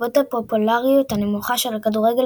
בעקבות הפופולריות הנמוכה של הכדורגל